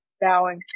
Bowing